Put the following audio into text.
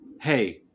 hey